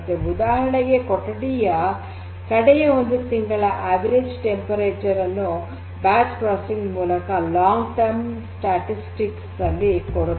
ಉದಾಹರಣೆಗೆ ಕೊಠಡಿಯ ಕಡೆಯ ಒಂದು ತಿಂಗಳ ಆವರೇಜ್ ಟೆಂಪರೇಚರ್ ಅನ್ನು ಬ್ಯಾಚ್ ಪ್ರೋಸೆಸ್ ಮೂಲಕ ಲಾಂಗ್ ಟರ್ಮ್ ಸ್ಟಾಟಿಸ್ಟಿಕ್ ನಲ್ಲಿ ಕೊಡುತ್ತದೆ